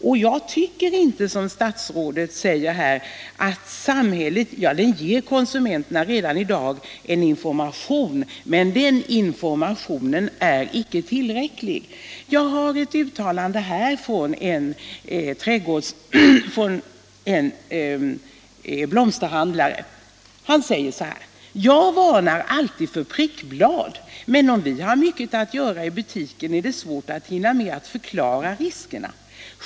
Och jag tycker inte som statsrådet, att samhället redan nu ger konsumenterna tillräcklig information. Enligt min mening är informationen inte tillräcklig. Jag har här ett tidningsuttalande som har gjorts av en blomsterhandlare. Han säger: ”Jag varnar alltid för prickblad ——--. Men om vi har mycket att göra i butiken är det svårt att hinna med att förklara riskerna ——=—.